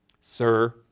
Sir